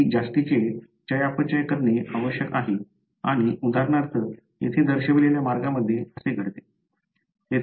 काही जास्तीचे चयापचय करणे आवश्यक आहे आणि उदाहरणार्थ येथे दर्शविलेल्या मार्गामध्ये असे घडते